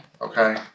Okay